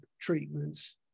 treatments